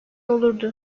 olurdu